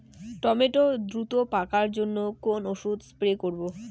Tomato দ্রুত পাকার জন্য কোন ওষুধ স্প্রে করব?